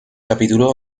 capítulos